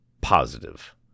positive